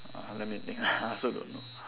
uh let me think I also don't know